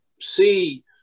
see